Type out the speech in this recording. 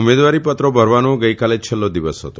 ઉમેદવારી પત્રો ભરવાનો ગઇકાલે છેલ્લો દિવસ હતો